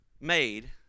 made